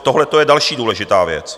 Tohleto je další důležitá věc.